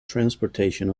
transportation